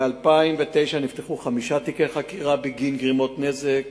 ב-2009 נפתחו חמישה תיקי חקירה בגין גרימת נזק,